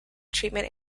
treatment